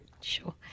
Sure